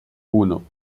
uno